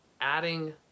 Adding